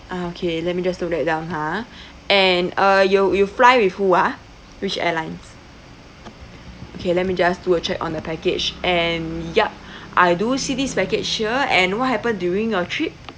ah okay let me just note that down ha and uh you you fly with who ah which airlines okay let me just do a check on the package and yup I do see this package here and what happened during your trip